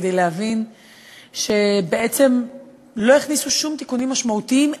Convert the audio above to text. כדי להבין שבעצם לא הכניסו שום תיקונים משמעותיים,